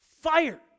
Fire